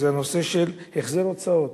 היא הנושא של החזר הוצאות.